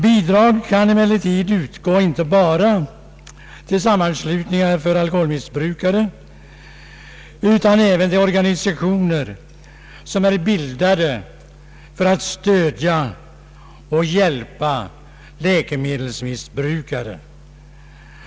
Bidrag kan emellertid utgå inte bara till sammanslutningar för alkoholmissbrukare utan även till organisationer som är bildade för att stödja och hjälpa läkemedelsmissbrukare.